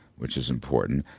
which is important,